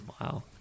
wow